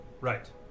Right